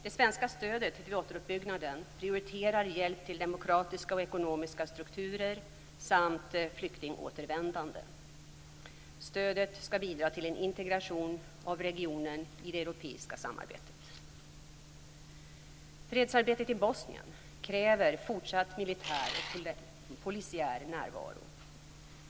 Det svenska stödet till återuppbyggnaden prioriterar hjälp till demokratiska och ekonomiska strukturer samt flyktingåtervändande. Stödet skall bidra till en integration av regionen i det europeiska samarbetet. Fredsarbetet i Bosnien kräver fortsatt militär och polisiär närvaro.